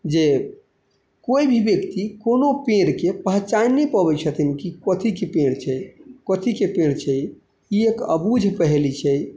जे कोइ भी व्यक्ति कोनो पेड़के पहचानि नहि पबै छथिन कि कथीके पेड़ छै कथीके पेड़ छै ई एक अबूझ पहेली छै